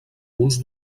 punts